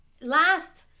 last